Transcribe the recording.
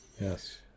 yes